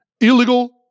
illegal